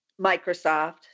Microsoft